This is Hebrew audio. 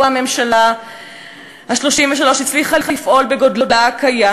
הממשלה ה-33 הצליחה לפעול בגודלה הקיים,